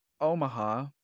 Omaha